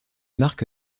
marque